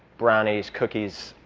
brownies, cookies.